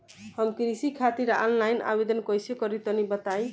हम कृषि खातिर आनलाइन आवेदन कइसे करि तनि बताई?